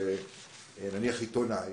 נניח עיתונאי,